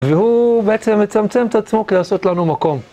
והוא בעצם מצמצם את עצמו כדי לעשות לנו מקום.